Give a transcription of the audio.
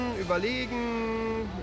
überlegen